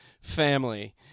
family